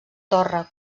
torre